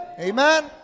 Amen